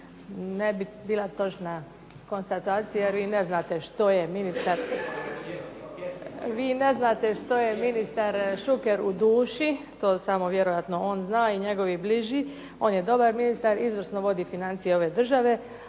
Ne bi bila točna konstatacija jer vi ne znate što je ministar Šuker u duši, to samo vjerojatno on zna i njegovi bliži. On je dobar ministar, izvrsno vodi financije ove države,